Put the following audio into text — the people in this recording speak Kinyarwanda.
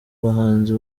bahanzi